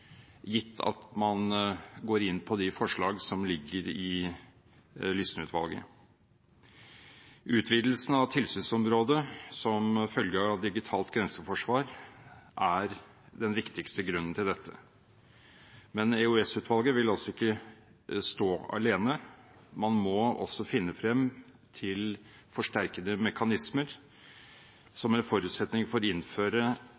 gitt at man går inn på forslagene fra Lysne-utvalget. Utvidelsen av tilsynsområdet som følge av digitalt grenseforsvar er den viktigste grunnen til dette, men EOS-utvalget vil altså ikke stå alene, man må også finne frem til forsterkede mekanismer som en forutsetning for å innføre